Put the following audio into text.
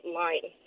line